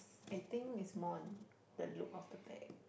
I think it's more on the look of the bag